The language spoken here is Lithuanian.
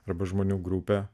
arba žmonių grupę